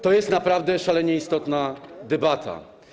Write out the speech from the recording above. To jest naprawdę szalenie istotna debata.